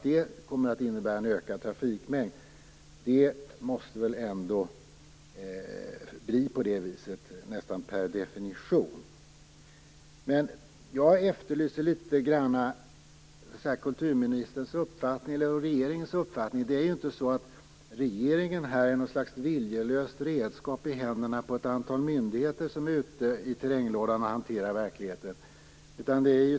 Det kommer att innebära en ökar trafikmängd, det måste väl ändå nästan per definition bli på det viset. Jag efterlyser kulturministerns och regeringens uppfattning. Regeringen är ju inte något slags viljelöst redskap i händerna på ett antal myndigheter som är ute i terränglådan och hanterar verkligheten.